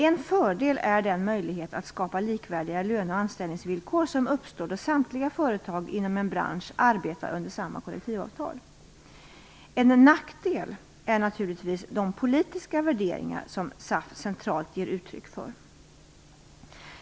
En fördel är den möjlighet att skapa likvärdiga löne och anställningsvillkor som uppstår då samtliga företag inom en bransch arbetar under samma kollektivavtal. En nackdel är naturligtvis de politiska värderingar som SAF centralt ger uttryck för.